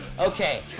Okay